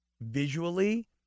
visually